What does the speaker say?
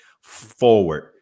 forward